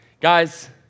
guys